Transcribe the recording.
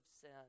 sin